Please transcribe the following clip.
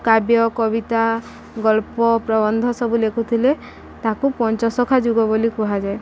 କାବ୍ୟ କବିତା ଗଳ୍ପ ପ୍ରବନ୍ଧ ସବୁ ଲେଖୁଥିଲେ ତାକୁ ପଞ୍ଚ ସଖା ଯୁଗ ବୋଲି କୁହାଯାଏ